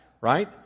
Right